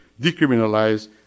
decriminalize